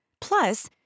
Plus